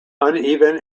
uneven